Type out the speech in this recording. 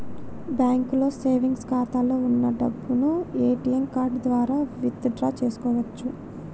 బ్యాంకులో సేవెంగ్స్ ఖాతాలో వున్న డబ్బును ఏటీఎం కార్డు ద్వారా విత్ డ్రా చేసుకోవచ్చు